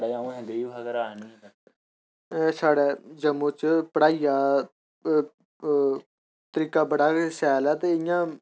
साढ़े जम्मू च पढ़ाई दा तरीका बड़ा गै शैल ऐ ते इ'यां